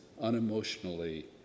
unemotionally